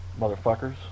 motherfuckers